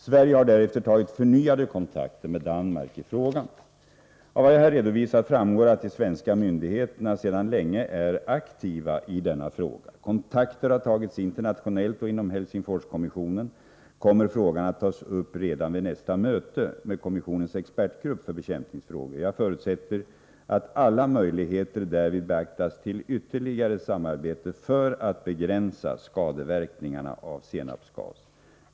Sverige har därefter tagit förnyade kontakter med Danmark i frågan. Av vad jag här redovisat framgår att de svenska myndigheterna sedan länge är aktiva i denna fråga. Kontakter har tagits internationellt, och inom Helsingfors-kommissionen kommer frågan att tas upp redan vid nästa möte med kommissionens expertgrupp för bekämpningsfrågor. Jag förutsätter att alla möjligheter därvid beaktas till ytterligare samarbete för att begränsa skadeverkningarna av senapsgas.